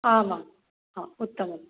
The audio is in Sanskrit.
आमां हा उत्तमं